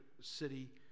city